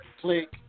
Click